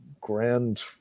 grand